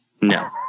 no